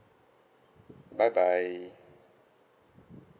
bye bye